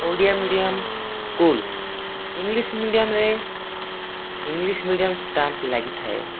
Odia medium school English ମିଡ଼ିୟମରେ English medium stamp ଲାଗିଥାଏ